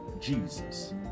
Jesus